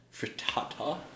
frittata